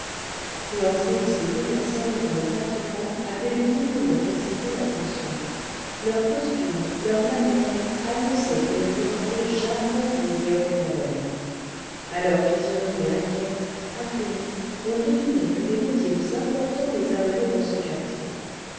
l'entrée de ces deux personnes dans le tapis franc avait vivement excité l'attention leurs costumes leurs manières annonçaient qu'ils ne fréquentaient jamais ces ignobles tavernes à leur physionomie inquiète affairée on devinait que des motifs importants les amenaient dans ce quartier